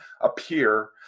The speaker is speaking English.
appear